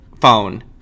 phone